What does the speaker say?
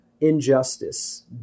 injustice